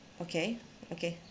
okay okay